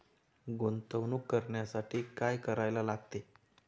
गुंतवणूक करण्यासाठी काय करायला लागते?